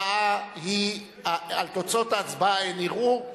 על תוצאות ההצבעה אין ערעור,